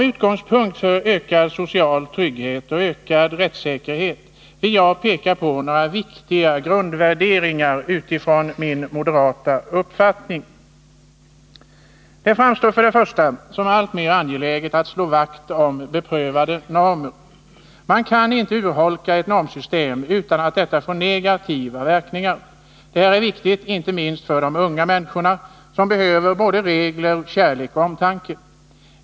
Utifrån min moderata uppfattning vill jag peka på några viktiga grundvärderingar som kan tjäna som utgångspunkt för ökad social trygghet och ökad rättssäkerhet. Det framstår framför allt som alltmer angeläget att slå vakt om beprövade normer. Man kan inte urholka ett normsystem utan att detta får negativa verkningar. Detta är viktigt inte minst för de unga människorna, som behöver såväl regler som kärlek och omtanke.